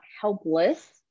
helpless